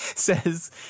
says